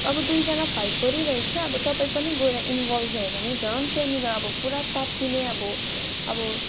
अब दुईजना फाइट परिरहेको छ अब तपाईँ पनि गएर इन्भल्भ भयो भने झन् त्यहाँनिर अब पुरा तात्तिने अब अब